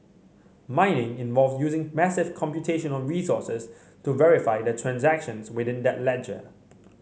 mining involve using massive computational resources to verify the transactions within that ledger